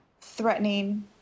threatening